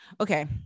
okay